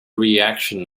reaction